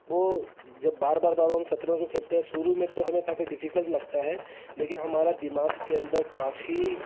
वह जब बार बार बार बार हम शतरंज को खेलते हैं शुरू में तो हमें काफ़ी डिफिकल्ट लगता है लेकिन हमारा दिमाग के अंदर काफ़ी